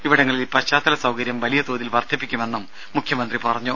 ഇവിടങ്ങളിൽ പശ്ചാത്തല സൌകര്യം വലിയതോതിൽ വർദ്ധിപ്പിക്കുമെന്നും മുഖ്യമന്ത്രി പറഞ്ഞു